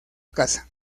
casa